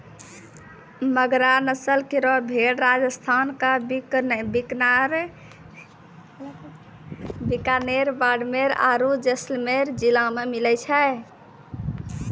मगरा नस्ल केरो भेड़ राजस्थान क बीकानेर, बाड़मेर आरु जैसलमेर जिला मे मिलै छै